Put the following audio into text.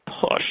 push